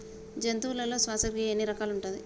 జంతువులలో శ్వాసక్రియ ఎన్ని రకాలు ఉంటది?